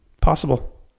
Possible